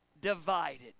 divided